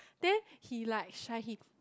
then he like shy him